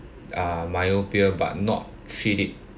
uh myopia but not treat it